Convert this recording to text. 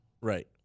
Right